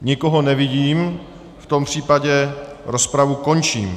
Nikoho nevidím, v tom případě rozpravu končím.